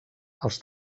els